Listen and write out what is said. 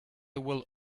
will